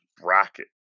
bracket